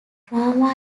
drama